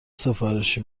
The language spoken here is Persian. سفارش